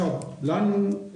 עכשיו לנו,